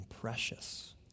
precious